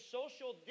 social